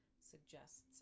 suggests